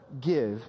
give